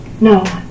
No